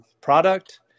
product